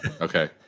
Okay